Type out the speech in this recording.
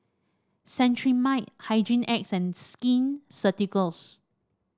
Cetrimide Hygin X and Skin Ceuticals